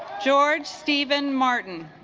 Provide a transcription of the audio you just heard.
george steven martin